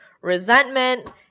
resentment